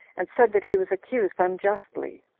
and said that he was accused unjustly.